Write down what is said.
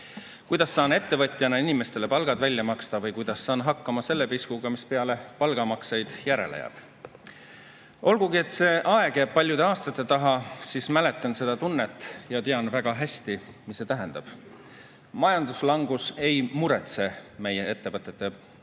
Kuidas ma saan ettevõtjana inimestele palgad välja maksta või kuidas saan hakkama selle piskuga, mis peale palgamakseid järele jääb? Olgugi et see aeg jääb paljude aastate taha, mäletan seda tunnet ja tean väga hästi, mis see tähendab. Majanduslangus ei muretse meie ettevõtete hakkama